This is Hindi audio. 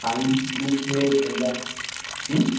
साइंस ग्रुप है